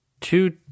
two